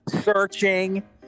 searching